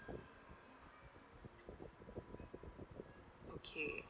okay